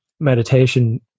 Meditation